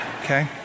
Okay